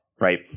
Right